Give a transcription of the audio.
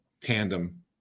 tandem